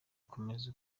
komeza